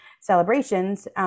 celebrations